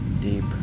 deep